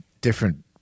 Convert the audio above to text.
different